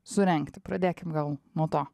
surengti pradėkim gal nuo to